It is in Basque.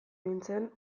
nintzen